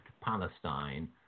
Palestine